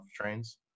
trains